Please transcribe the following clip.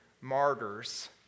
martyrs